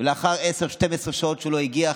ולאחר ש-10 12 שעות הוא לא הגיע,